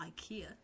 Ikea